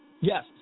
Yes